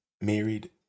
married